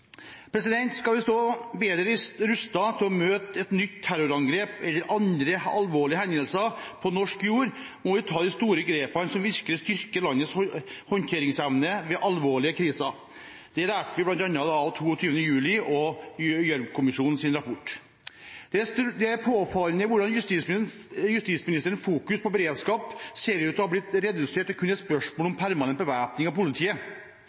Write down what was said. Skal vi stå bedre rustet til å møte et nytt terrorangrep eller andre alvorlige hendelser på norsk jord, må vi ta de store grepene som virkelig styrker landets håndteringsevne ved alvorlige kriser. Det lærte vi bl.a. av 22. juli og Gjørv-kommisjonens rapport. Det er påfallende hvordan justisministerens fokus på beredskap ser ut til å ha blitt redusert til kun et spørsmål om permanent bevæpning av politiet.